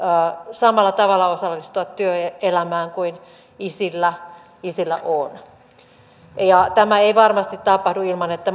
samalla tavalla osallistua työelämään kuin isillä isillä on tämä ei varmasti tapahdu ilman että